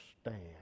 stand